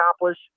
accomplish